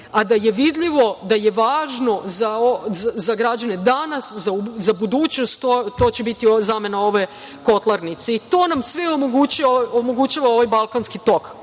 a da je vidljivo, da je važno za građane danas, za budućnost, to će biti zamena ove kotlarnice i to nam sve omogućava ovaj „Balkanski